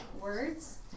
words